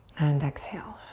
and exhale.